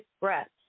breaths